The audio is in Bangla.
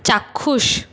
চাক্ষুষ